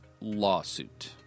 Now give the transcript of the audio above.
lawsuit